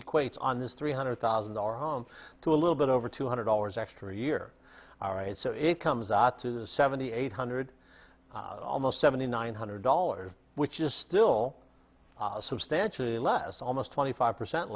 it's on this three hundred thousand dollars home to a little bit over two hundred dollars extra year all right so it comes out to the seventy eight hundred almost seventy nine hundred dollars which is still substantially less almost twenty five percent